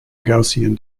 gaussian